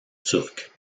turcs